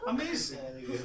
Amazing